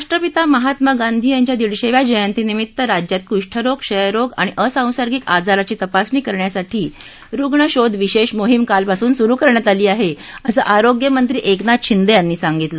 राष्ट्रपिता महात्मा गांधी यांच्या दिडशेव्या जयंतीनिमित्त राज्यात कुष्ठरोग क्षयरोग आणि असंसर्गिक आजाराची तपासणी करण्यासाठी राज्यात रुग्ण शोध विशेष मोहीम कालपासून सुरू करण्यात आली आहे असं आरोग्यमंत्री एकनाथ शिंदे यांनी सांगितलं